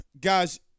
Guys